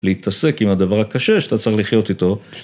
להתעסק עם הדבר הקשה שאתה צריך לחיות איתו.